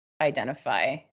identify